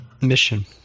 mission